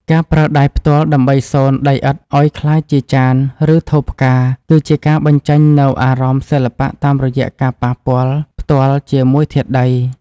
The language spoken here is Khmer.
ការប្រើដៃផ្ទាល់ដើម្បីសូនដីឥដ្ឋឱ្យក្លាយជាចាន ឬ ថូផ្កា គឺជាការបញ្ចេញនូវអារម្មណ៍សិល្បៈតាមរយៈការប៉ះពាល់ផ្ទាល់ជាមួយធាតុដី។